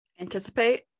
anticipate